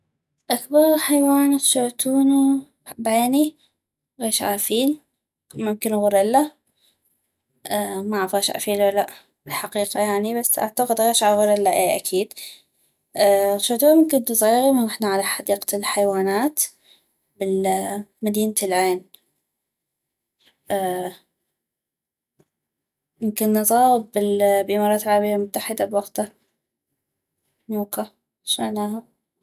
اكبغ حيوان غشعتونو بعيني غيشعة فيل ممكن غوريلا معف غيشعة فيل لو لا بالحقيقة يعني بس اعتقد غيشعة غوريلا اي اكيد غشعتوها من كنتو زغيغي من غحنا على حديقة الحيوانات بال بمدينة العين من كنا زغاغ بال بالإمارات العربية المتحدة بوقتا هنوك غشعناها